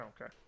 okay